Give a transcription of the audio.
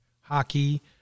hockey